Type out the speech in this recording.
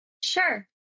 Sure